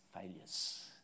failures